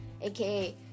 aka